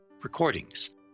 recordings